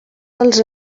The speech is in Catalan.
dels